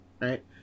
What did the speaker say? right